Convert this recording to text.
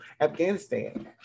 Afghanistan